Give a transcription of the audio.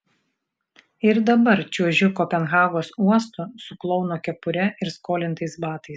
ir dabar čiuožiu kopenhagos uostu su klouno kepure ir skolintais batais